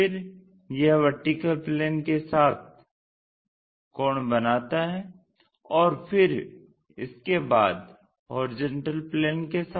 फिर यह VP के साथ कोण बनता है और फिर इसके बाद HP के साथ